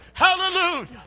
Hallelujah